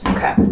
Okay